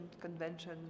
convention